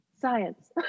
science